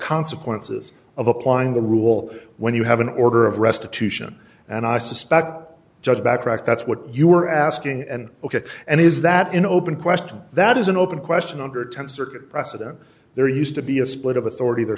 consequences of applying the rule when you have an order of restitution and i suspect judge backtracked that's what you were asking and ok and is that an open question that is an open question under ten circuit precedent there used to be a split of authority there